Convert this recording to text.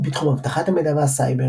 בתחום אבטחת המידע והסייבר,